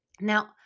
Now